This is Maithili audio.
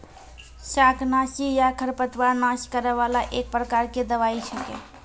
शाकनाशी या खरपतवार नाश करै वाला एक प्रकार के दवाई छेकै